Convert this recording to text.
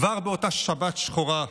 כבר באותה שבת שחורה,